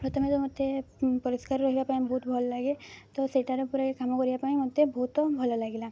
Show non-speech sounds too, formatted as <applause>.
ପ୍ରଥମେ ତ ମୋତେ ପରିଷ୍କାର ରହିବା ପାଇଁ ବହୁତ ଭଲ ଲାଗେ ତ ସେଠାରେ <unintelligible> କାମ କରିବା ପାଇଁ ମୋତେ ବହୁତ ଭଲ ଲାଗିଲା